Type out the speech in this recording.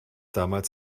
damals